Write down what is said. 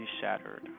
shattered